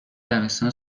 دبستان